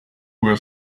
were